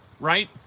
right